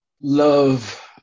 love